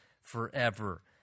forever